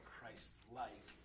Christ-like